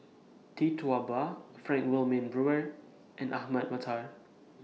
Tee Tua Ba Frank Wilmin Brewer and Ahmad Mattar